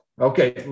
Okay